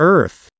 Earth